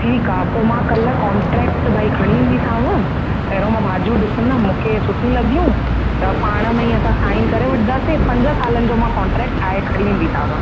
ठीकु आहे पोइ मां कल्ह कोन्ट्रेक्ट भई खणी ईंदीसांव पहरियों मां भाॼियूं ॾिसंदमि मूंखे सुठियूं लॻियूं त पाण में ई असां साइन करे वठंदासीं पंज सालनि जो मां कोन्ट्रेक ठाहे खणी ईंदीसांव